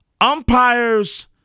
umpires